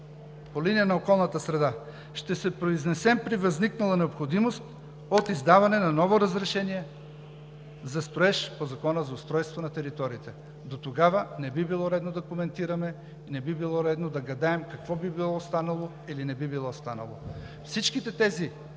по линия на околната среда ще се произнесем при възникнала необходимост от издаване на ново разрешение за строеж по Закона за устройство на територията. Дотогава не би било редно да коментираме, не би било редно да гадаем какво би било станало или не би било станало. Всички тези